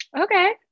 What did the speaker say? okay